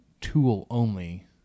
tool-only